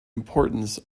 importance